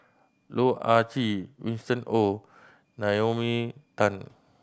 Loh Ah Chee Winston Oh Naomi Tan